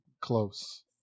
close